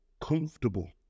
comfortable